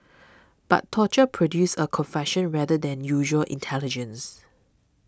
but torture produces a confession rather than usual intelligence